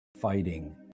fighting